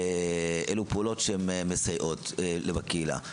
אלו פעולות שמסייעות בקהילה.